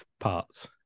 parts